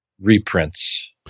reprints